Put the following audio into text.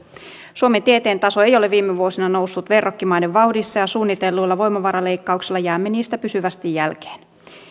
suomen tieteen taso ei ole viime vuosina noussut verrokkimaiden vauhdissa ja suunnitelluilla voimavaraleikkauksilla jäämme niistä pysyvästi jälkeen